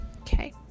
Okay